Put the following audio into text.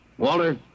Walter